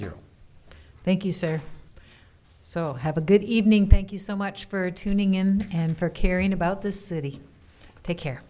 zero thank you sir so have a good evening thank you so much for tuning in and for caring about the city take care